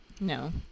no